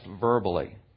verbally